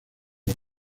los